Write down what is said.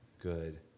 Good